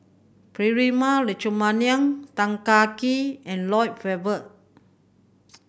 Prema Letchumanan Tan Kah Kee and Lloyd Valberg